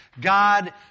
God